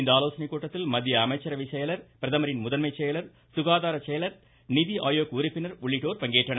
இந்த ஆலோசனை கூட்டத்தில் மத்திய அமைச்சரவை செயலர் பிரதமரின் முதன்மை செயலர் சுகாதார செயலர் நிதி ஆயோக் உறுப்பினர் உள்ளிட்டோர் பங்கேற்றனர்